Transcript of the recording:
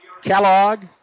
Kellogg